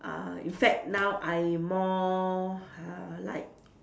uh in fact now I more uh like